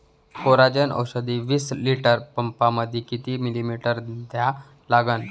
Coragen औषध विस litre पंपामंदी किती मिलीमिटर घ्या लागन?